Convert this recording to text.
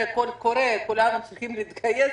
וקול קורא: "כולנו צריכים להתגייס".